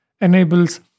enables